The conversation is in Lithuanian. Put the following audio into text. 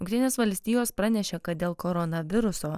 jungtinės valstijos pranešė kad dėl koronaviruso